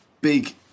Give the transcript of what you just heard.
big